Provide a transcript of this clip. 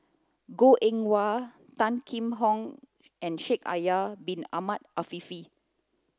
Goh Eng Wah Tan Kheam Hock and Shaikh Yahya bin Ahmed Afifi